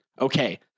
Okay